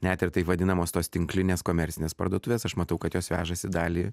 net ir taip vadinamos tos tinklinės komercines parduotuves aš matau kad jos vežasi dalį